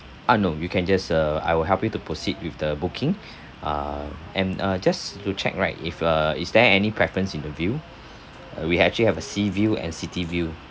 uh no you can just err I will help you to proceed with the booking uh and uh just to check right if uh is there any preference in the view uh we actually have a sea view and city view